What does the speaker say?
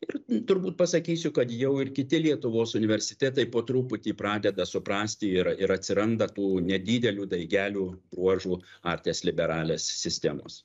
ir turbūt pasakysiu kad jau ir kiti lietuvos universitetai po truputį pradeda suprasti ir ir atsiranda tų nedidelių daigelių bruožų artes liberales sistemos